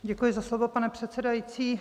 Děkuji za slovo, pane předsedající.